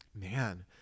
man